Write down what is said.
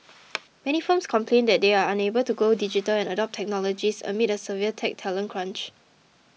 many firms complain that they are unable to go digital and adopt technologies amid a severe tech talent crunch